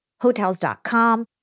Hotels.com